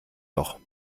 doch